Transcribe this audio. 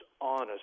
honest